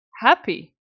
happy